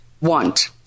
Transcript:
want